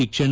ಶಿಕ್ಷಣ